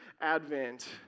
Advent